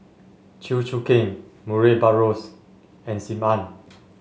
Chew Choo Keng Murray Buttrose and Sim Ann